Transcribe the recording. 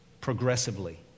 Progressively